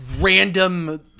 random